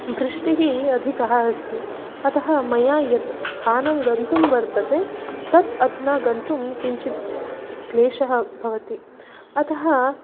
वृष्टिः अधिकः अस्ति अतः मया यत् स्थानं गन्तुं वर्तते तत् अधुना गन्तुं किञ्चित् क्लेशः भवति अतः